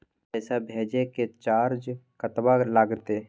पैसा भेजय के चार्ज कतबा लागते?